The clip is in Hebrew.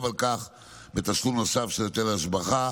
על כך בתשלום נוסף של היטל השבחה.